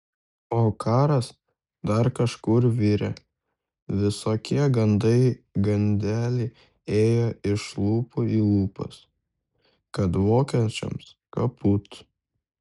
o karas dar kažkur virė visokie gandai gandeliai ėjo iš lūpų į lūpas kad vokiečiams kaput